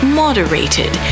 moderated